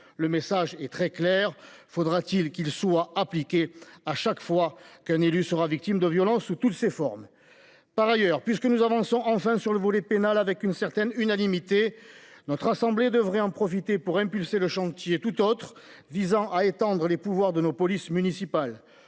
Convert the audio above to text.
Le message est très clair. Encore faudra t il qu’il soit appliqué chaque fois qu’un élu sera victime de violences, quelle qu’en soit la forme. Par ailleurs, puisque nous avançons enfin sur le volet pénal avec une certaine unanimité, notre assemblée devrait en profiter pour impulser le chantier, tout autre, visant à étendre les pouvoirs de nos polices municipales